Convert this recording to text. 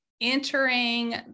entering